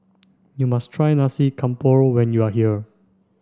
you must try Nasi Campur when you are here